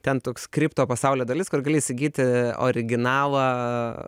ten toks kripto pasaulio dalis kur gali įsigyti originalą